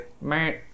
man